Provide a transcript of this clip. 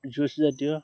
juice জাতীয়